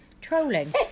trolling